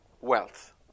wealth